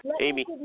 amy